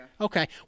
okay